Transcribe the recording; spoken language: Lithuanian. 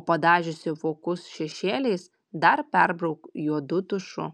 o padažiusi vokus šešėliais dar perbrauk juodu tušu